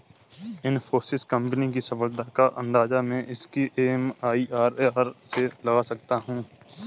Infosys company की सफलता का अंदाजा मैं इसकी एम.आई.आर.आर से लगा सकता हूँ